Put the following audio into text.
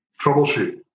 troubleshoot